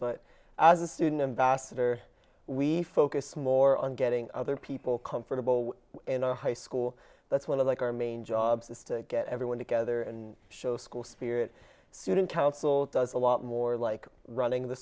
but as a student ambassador we focus more on getting other people comfortable in our high school that's one of like our main jobs is to get everyone together and show school spirit student council does a lot more like running the